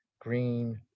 green